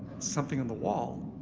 something and wall?